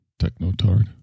Technotard